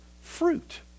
fruit